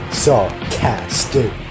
sarcastic